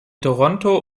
toronto